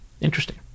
Interesting